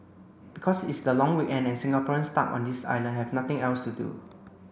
because it is the long weekend and Singaporeans stuck on this island have nothing else to do